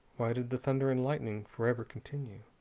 why did the thunder and lightning forever continue?